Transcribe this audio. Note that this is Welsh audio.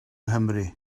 nghymru